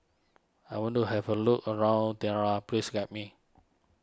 I want to have a look around please guide me